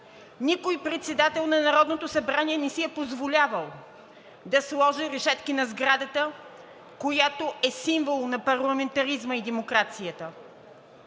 Никой председател на Народното събрание не си е позволявал да сложи решетки на сградата, която е символ на парламентаризма и демокрацията.